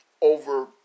over